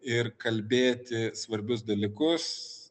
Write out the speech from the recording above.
ir kalbėti svarbius dalykus